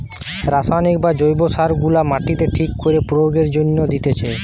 রাসায়নিক বা জৈব সার গুলা মাটিতে ঠিক করে প্রয়োগের জন্যে দিতেছে